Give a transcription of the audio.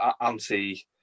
anti